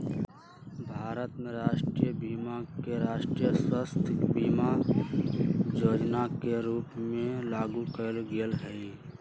भारत में राष्ट्रीय बीमा के राष्ट्रीय स्वास्थय बीमा जोजना के रूप में लागू कयल गेल हइ